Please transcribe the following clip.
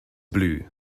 blue